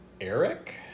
Eric